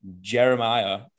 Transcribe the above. Jeremiah